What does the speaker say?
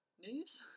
news